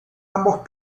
ambos